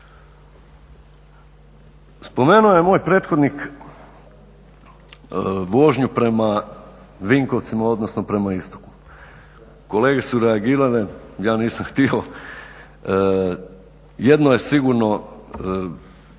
Spomenuo je moj prethodnik vožnju prema Vinkovcima odnosno prema istoku, kolege su reagirale, ja nisam htio, jedno je sigurno